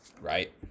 right